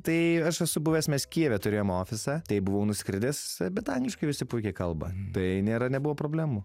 tai aš esu buvęs mes kijeve turėjom ofisą tai buvau nuskridęs bet angliškai visi puikiai kalba tai nėra nebuvo problemų